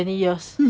ya